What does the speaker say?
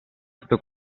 tutto